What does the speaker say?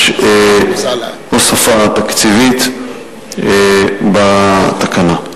יש הוספה תקציבית בתקנה.